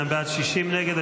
52 בעד, 60 נגד.